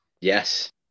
Yes